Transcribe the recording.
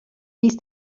ist